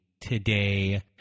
today